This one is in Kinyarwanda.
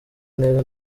neza